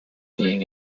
being